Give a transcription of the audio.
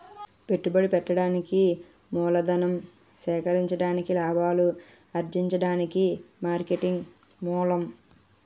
పెట్టుబడి పెట్టడానికి మూలధనం సేకరించడానికి లాభాలు అర్జించడానికి మార్కెటింగే మూలం